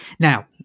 Now